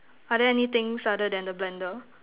are there anythings other than the blender